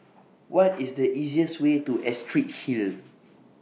What IS The easiest Way to Astrid Hill